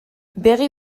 begi